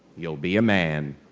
you'll be a man,